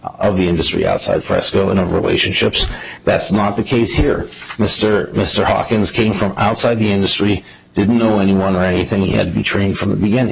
of the industry outside fresco in a relationships that's not the case here mr mr hawkins came from outside the industry didn't know anyone or anything we had been trained from the beginning